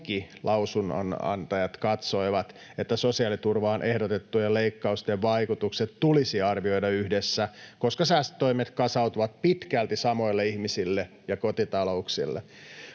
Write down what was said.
kaikki lausunnonantajat katsoivat, että sosiaaliturvaan ehdotettujen leikkausten vaikutukset tulisi arvioida yhdessä, koska säästötoimet kasautuvat pitkälti samoille ihmisille ja kotitalouksille.